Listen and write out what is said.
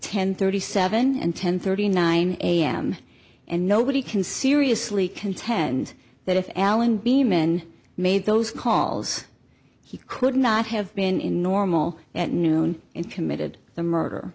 ten thirty seven and ten thirty nine am and nobody can seriously contend that if allen beamin made those calls he could not have been normal at noon and committed the murder